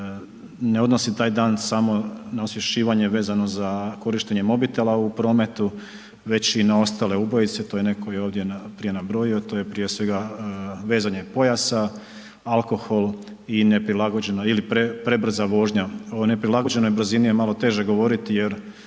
ne odnosi taj dan samo na osvješćivanje vezano za korištenje mobitela u prometu, već i na ostale ubojice, to je netko i ovdje prije nabrojio, to je prije svega vezanje pojasa, alkohol i neprilagođena ili prebrza vožnja, o neprilagođenoj brzini je malo teže govoriti jer